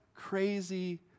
crazy